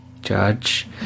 judge